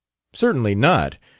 certainly not!